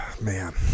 Man